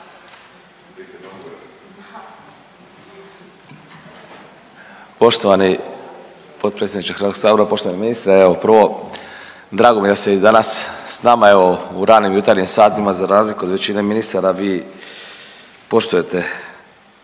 Poštovani potpredsjedniče HS-a, poštovani ministre, evo prvo, drago mi je da ste i danas s nama, evo, u ranim jutarnjim satima, za razliku od većine ministara, vi poštujete